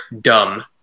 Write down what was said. dumb